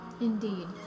Indeed